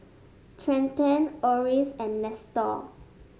Trenten Orris and Nestor